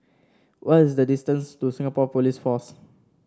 what is the distance to Singapore Police Force